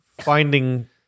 finding